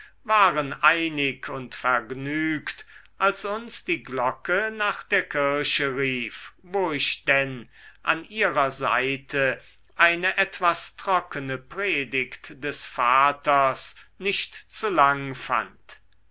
waren einig und vergnügt als uns die glocke nach der kirche rief wo ich denn an ihrer seite eine etwas trockene predigt des vaters nicht zu lang fand